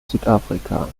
südafrika